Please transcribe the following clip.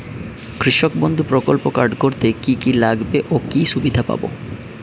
কৃষক বন্ধু প্রকল্প কার্ড করতে কি কি লাগবে ও কি সুবিধা পাব?